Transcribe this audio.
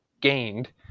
gained